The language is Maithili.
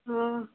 हँ